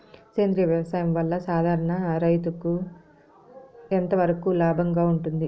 సేంద్రియ వ్యవసాయం వల్ల, సాధారణ రైతుకు ఎంతవరకు లాభంగా ఉంటుంది?